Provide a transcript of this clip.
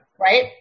right